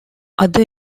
other